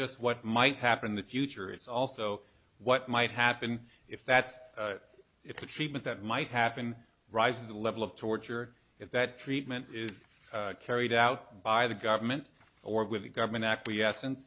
just what might happen in the future it's also what might happen if that's if the treatment that might happen rises the level of torture if that treatment is carried out by the government or with the government acquiesce